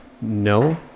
no